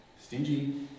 Stingy